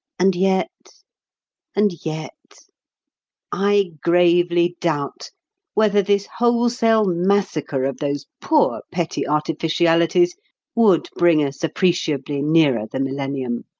and yet and yet i gravely doubt whether this wholesale massacre of those poor petty artificialities would bring us appreciably nearer the millennium.